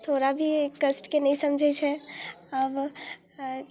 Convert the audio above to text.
थोड़ा भी कष्टके नहि समझै छै आब